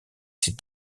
ces